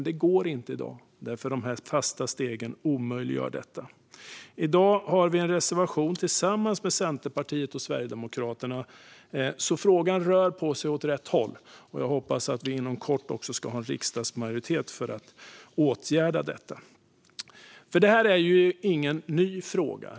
Det går dock inte eftersom de fasta stegen omöjliggör det. I dag har vi en reservation tillsammans med Centerpartiet och Sverigedemokraterna, så frågan rör på sig åt rätt håll. Jag hoppas att vi inom kort har en riksdagsmajoritet för att åtgärda detta. Det här är ingen ny fråga.